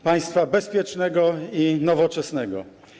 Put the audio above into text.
Państwa bezpiecznego i nowoczesnego.